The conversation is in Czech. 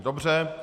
Dobře.